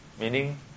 meaning